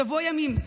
שבוע ימים.